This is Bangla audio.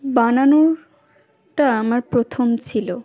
বানানোটা আমার প্রথম ছিল